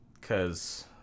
cause